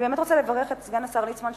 אני באמת רוצה לברך את סגן השר ליצמן,